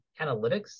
analytics